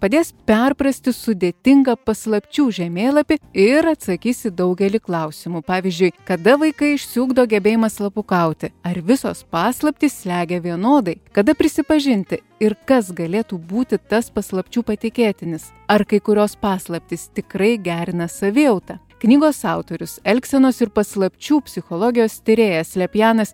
padės perprasti sudėtingą paslapčių žemėlapį ir atsakys į daugelį klausimų pavyzdžiui kada vaikai išsiugdo gebėjimą slapukauti ar visos paslaptys slegia vienodai kada prisipažinti ir kas galėtų būti tas paslapčių patikėtinis ar kai kurios paslaptys tikrai gerina savijautą knygos autorius elgsenos ir paslapčių psichologijos tyrėjas slepianas